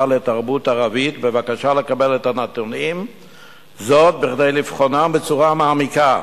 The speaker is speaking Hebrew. לתרבות ערבית בבקשה לקבל את הנתונים כדי לבוחנם בצורה מעמיקה.